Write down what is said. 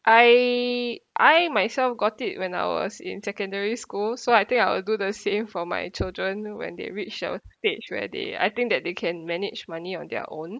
I I myself got it when I was in secondary school so I think I will do the same for my children when they reach a stage where they I think that they can manage money on their own